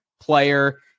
player